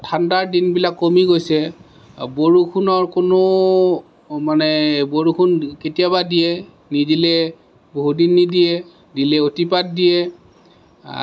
আৰু ঠাণ্ডাৰ দিনবিলাক কমি গৈছে বৰষুণৰ কোনো মানে বৰষুণ কেতিয়াবা দিয়ে নিদিলে বহুদিন নিদিয়ে দিলে অতিপাত দিয়ে